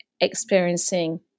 experiencing